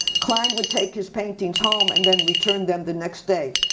klein would take his paintings home and then return them the next day.